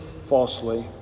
falsely